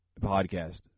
podcast